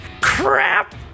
Crap